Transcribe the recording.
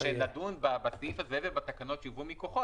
כשנדון בסעיף הזה ובתקנות שיובאו מכוחו,